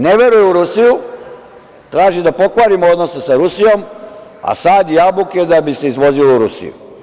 Ne veruje u Rusiju, traži da pokvarimo odnose sa Rusijom, a sadi jabuke da bi se izvozile u Rusiju.